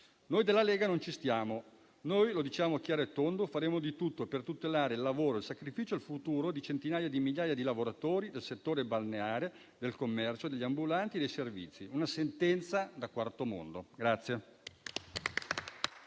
Noi della Lega non ci stiamo e diciamo chiaro e tondo che faremo di tutto per tutelare il lavoro, il sacrificio e il futuro di centinaia di migliaia di lavoratori del settore balneare, del commercio, degli ambulanti e dei servizi. È una sentenza da quarto mondo.